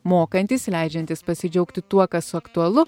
mokantys leidžiantys pasidžiaugti tuo kas aktualu